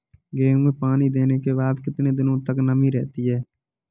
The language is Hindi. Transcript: गेहूँ में पानी देने के बाद कितने दिनो तक नमी रहती है?